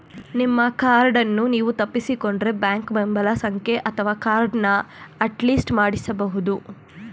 ನಿಮ್ಮ ಕಾರ್ಡನ್ನು ನೀವು ತಪ್ಪಿಸಿಕೊಂಡ್ರೆ ಬ್ಯಾಂಕ್ ಬೆಂಬಲ ಸಂಖ್ಯೆ ಅಥವಾ ಕಾರ್ಡನ್ನ ಅಟ್ಲಿಸ್ಟ್ ಮಾಡಿಸಬಹುದು